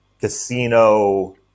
casino